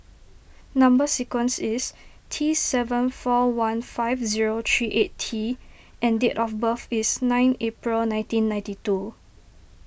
Number Sequence is T seven four one five zero three eight T and date of birth is nine April nineteen ninety two